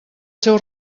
seu